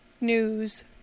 News